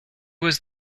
was